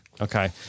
Okay